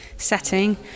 setting